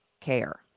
care